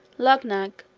luggnagg,